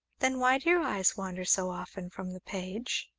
then why do your eyes wander so often from the page?